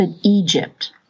Egypt